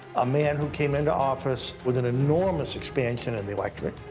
a man who came into office with an enormous expansion in the electorate.